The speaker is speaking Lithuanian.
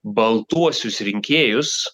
baltuosius rinkėjus